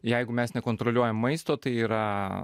jeigu mes nekontroliuojam maisto tai yra